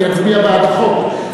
אצביע בעד החוק,